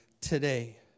today